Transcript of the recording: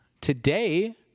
Today